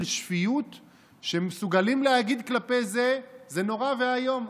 שפיות שמסוגלים להגיד כלפי זה שזה נורא ואיום.